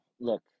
Look